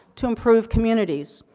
to improve communities.